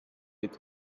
with